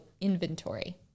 inventory